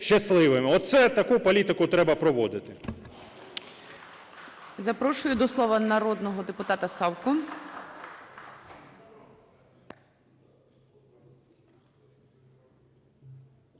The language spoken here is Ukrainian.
Оце таку політику треба проводити.